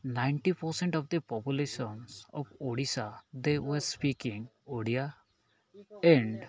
ninety percent of the populations of Odisha they were speaking Odia and